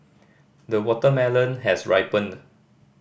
the watermelon has ripened